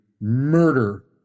murder